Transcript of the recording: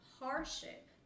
hardship